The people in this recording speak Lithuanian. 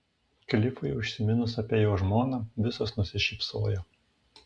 klifui užsiminus apie jo žmoną visos nusišypsojo